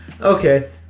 Okay